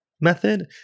method